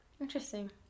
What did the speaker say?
interesting